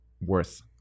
worth